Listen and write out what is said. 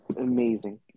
Amazing